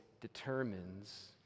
determines